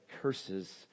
curses